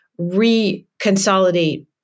reconsolidate